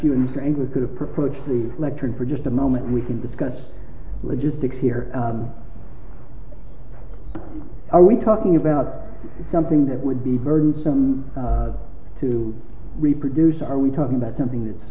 you and your anger could approach the lectern for just a moment we can discuss logistics here are we talking about something that would be burdensome to reproduce are we talking about something that